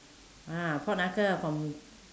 ah pork knuckle from